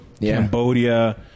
Cambodia